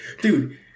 Dude